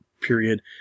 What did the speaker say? period